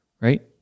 Right